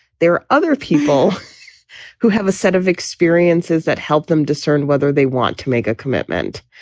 there are other people who have a set of experiences that help them discern whether they want to make a commitment.